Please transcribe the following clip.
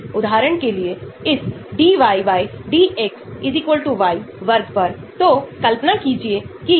हमने इस Log P के बारे में काफी देखा Log P कुछ नहीं है लेकिन ऑक्टेनॉल पानी में इस विशेष अणु का विभाजन है